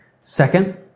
Second